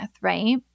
right